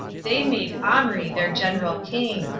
they made omri their general king,